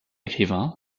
écrivain